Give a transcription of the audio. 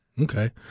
Okay